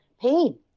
pain